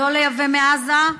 לא לייבא מעזה.